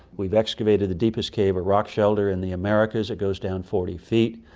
we've excavated the deepest cave or rock shelter in the americas, it goes down forty feet.